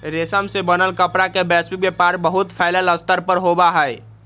रेशम से बनल कपड़ा के वैश्विक व्यापार बहुत फैल्ल स्तर पर होबा हई